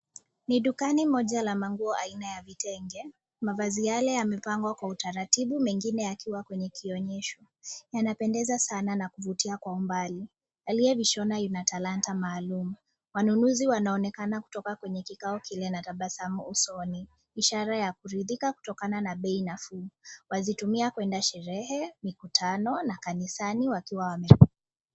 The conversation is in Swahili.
Ni dukani moja la manguo aina ya vitengee, mavazi yale yamepangwa kwa utaratibu mengine yakiwa kwenye kionyesho, yanapendeza sana na kuvutia kwa umbali. Aliyevishona yuna talanta maalum, wanunuzi wanonekana kutoka kwenye kikao kile na tabasamu usoni, ishara ya kuridhika kutokana na bei nafuu. Wazitumia kwenda sherehe, mikutano na kanisani wakiwa wamefurahi.